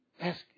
Ask